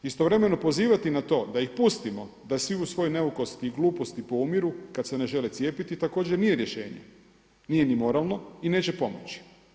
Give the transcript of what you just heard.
Istovremeno pozivati na to da ih pustimo da svi u svojoj neukosti i gluposti poumiru kad se ne žele cijepiti također nije rješenje, nije ni moralno i neće pomoći.